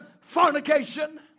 fornication